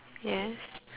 yes